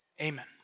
Amen